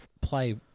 play